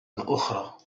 أخرى